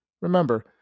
Remember